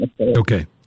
Okay